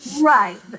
right